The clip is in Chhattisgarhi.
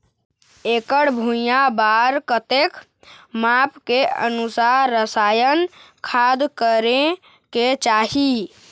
एकड़ भुइयां बार कतेक माप के अनुसार रसायन खाद करें के चाही?